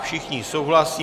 Všichni souhlasí.